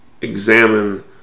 examine